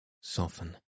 soften